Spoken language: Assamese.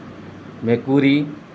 মেকুৰী